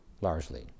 largely